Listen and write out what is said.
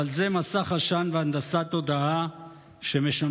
אבל זה מסך עשן והנדסת תודעה שמשמשים